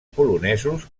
polonesos